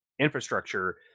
infrastructure